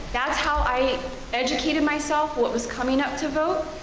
that's how i educated myself what was coming up to vote,